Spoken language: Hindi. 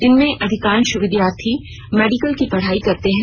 इसमें अधिकांश विद्यार्थी मेडिकल की पढ़ाई करते हैं